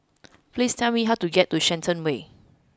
please tell me how to get to Shenton Way